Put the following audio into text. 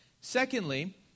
Secondly